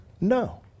No